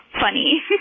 funny